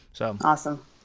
Awesome